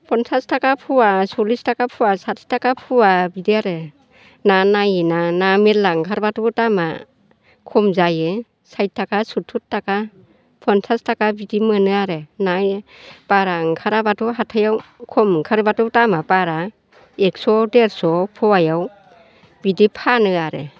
फनसास थाखा फवा सललिस थाखा फवा साथि थाखा फवा बिदिआरो ना नायै ना मेरला ओंखारब्लाथ' दामा खम जायो सायथ थाखा सतुर थाखा फनसास थाखा बिदि मोनो आरो ना बारा ओंखाराब्लाथ' हाथायाव खम ओंखारब्लाथ' दामा बारा एखस' देरस' फवायाव बिदि फानो आरो